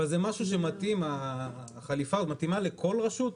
אבל זה משהו שמתאים החליפה היא מתאימה לכל רשות?